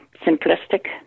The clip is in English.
simplistic